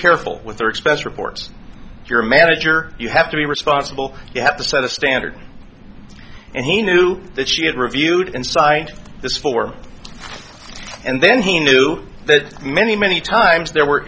careful with their expense reports if you're a manager you have to be responsible you have to set a standard and he knew that she had reviewed and signed this form and then he knew that many many times there were